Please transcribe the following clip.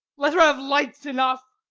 let her have lights enough.